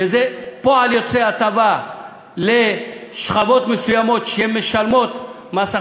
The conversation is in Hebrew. שזה פועל יוצא של הטבה לשכבות מסוימות שמשלמות מס הכנסה,